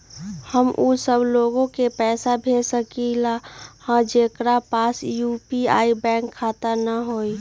हम उ सब लोग के पैसा भेज सकली ह जेकरा पास यू.पी.आई बैंक खाता न हई?